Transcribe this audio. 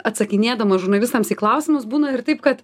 atsakinėdama žurnalistams į klausimus būna ir taip kad